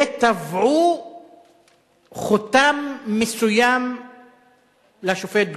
וטבעו חותם מסוים לשופט גרוניס.